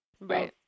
Right